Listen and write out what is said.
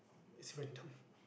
it's random